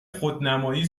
خودنمایی